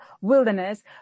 wilderness